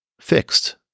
fixed